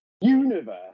universe